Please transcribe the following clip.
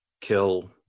kill